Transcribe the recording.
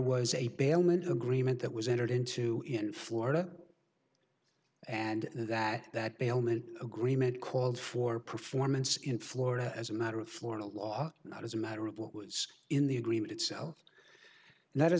bellman agreement that was entered into in florida and that that bailment agreement called for performance in florida as a matter of florida law not as a matter of what was in the agreement itself not as